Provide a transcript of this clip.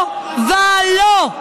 לא ולא.